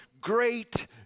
great